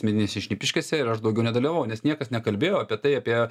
medinėse šnipiškėse ir aš daugiau nedalyvavau nes niekas nekalbėjo apie tai apie